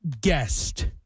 Guest